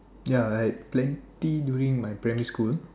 ya I had plenty during my primary school